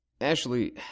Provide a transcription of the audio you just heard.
Ashley